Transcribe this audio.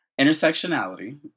Intersectionality